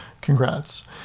Congrats